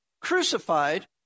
crucified